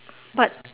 but